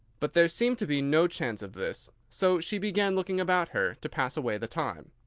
but there seemed to be no chance of this, so she began looking about her, to pass away the time.